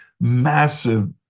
massive